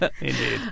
Indeed